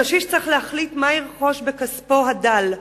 הקשיש צריך להחליט מה ירכוש בכספו הדל,